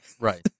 Right